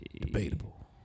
debatable